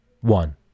one